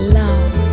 love